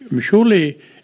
surely